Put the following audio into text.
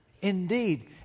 indeed